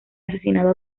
asesinado